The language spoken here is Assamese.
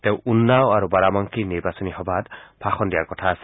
তেওঁ উন্নাও আৰু বাৰাবংকীৰ নিৰ্বাচনী সভাত ভাষণ দিয়াৰ কথা আছে